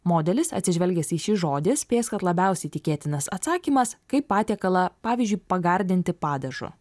modelis atsižvelgęs į žodį spės kad labiausiai tikėtinas atsakymas kaip patiekalą pavyzdžiui pagardinti padažu